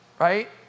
right